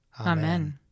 Amen